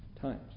times